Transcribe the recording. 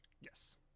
yes